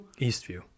Eastview